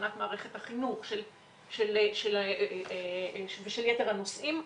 הכנת מערכת החינוך ושל יתר הנושאים.